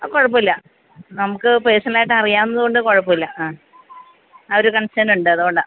ആ കുഴപ്പം ഇല്ല നമുക്ക് പേഴ്സണൽ ആയിട്ട് അറിയാവുന്നത് കൊണ്ട് കുഴപ്പം ഇല്ല ആ ആ ഒരു കൺസേൺ ഉണ്ട് അതുകൊണ്ടാ